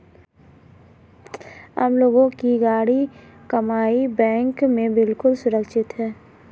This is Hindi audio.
आम लोगों की गाढ़ी कमाई बैंक में बिल्कुल सुरक्षित है